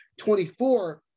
24